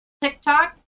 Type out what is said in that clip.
TikTok